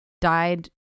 Died